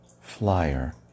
flyer